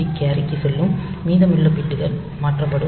B கேரிக்கு செல்லும் மீதமுள்ள பிட்கள் மாற்றப்படும்